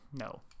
No